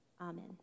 amen